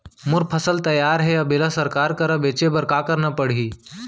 मोर फसल तैयार हे अब येला सरकार करा बेचे बर का करना पड़ही?